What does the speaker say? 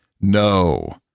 No